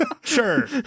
Sure